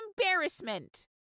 embarrassment